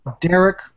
Derek